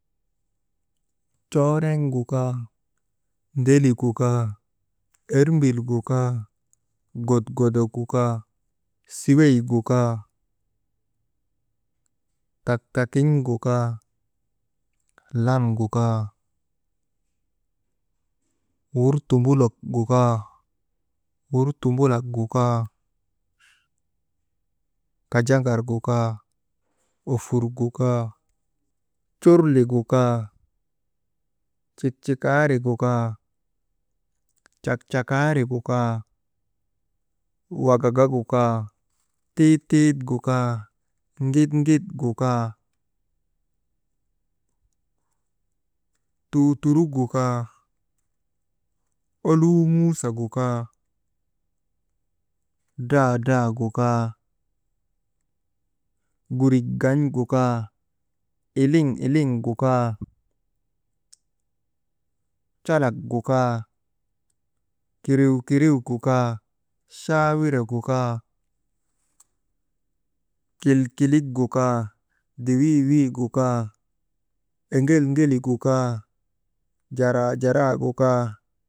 Cooreŋgu kaa ndelik gu kaa, ermbil gu kaa, godgodok gu kaa, siwey gu kaa, tataktakin̰ gu kaa lan gu kaa, «Hesitation» wurtumbulak gu kaa, kajaŋar gu kaa ufur gu kaa, curlik gu kaa cikcikaarik gu kaa, cakcakaarik gu kaa, wagagagu kaa, tiit tiit gu kaa, ŋitŋit gu kaa, tuuturugu kaa oluumuusa gu kaa, dradra gu kaa gurik gan̰ gu kaa, iliŋ iliŋ gu kaa, calak gu kaa gu kaa, kiriw kiriw gu kaa chaawire gu kaa, kilkilik gu kaa, diwiwi gu kaa, eŋelŋelik gu kaa jaraajara gu kaa.